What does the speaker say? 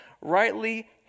rightly